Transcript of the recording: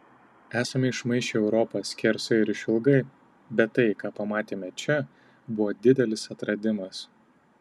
esame išmaišę europą skersai ir išilgai bet tai ką pamatėme čia buvo didelis atradimas